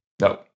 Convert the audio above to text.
No